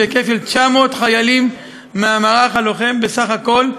בהיקף של 900 חיילים מהמערך הלוחם בסך הכול,